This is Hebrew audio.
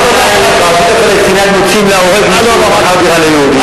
ברשות הפלסטינית מוציאים להורג מי שמכר דירה ליהודים.